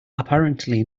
apparently